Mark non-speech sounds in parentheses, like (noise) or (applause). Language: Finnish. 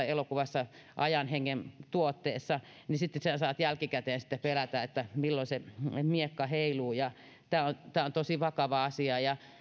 (unintelligible) elokuvassa ajan hengen tuotteessa niin sitten sinä saat jälkikäteen pelätä että milloin se miekka heiluu tämä on tosi vakava asia ja